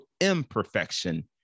imperfection